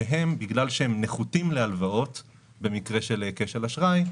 שבגלל שהם נחותים להלוואות במקרה של כשל אשראי,